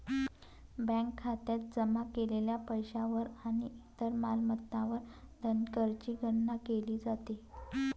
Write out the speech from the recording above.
bank खात्यात जमा केलेल्या पैशावर आणि इतर मालमत्तांवर धनकरची गणना केली जाते